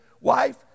wife